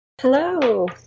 Hello